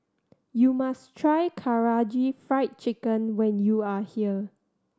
you must try Karaage Fried Chicken when you are here